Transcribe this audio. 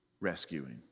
rescuing